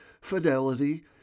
Fidelity